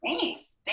Thanks